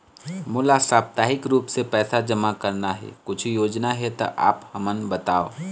मोला साप्ताहिक रूप से पैसा जमा करना हे, कुछू योजना हे त आप हमन बताव?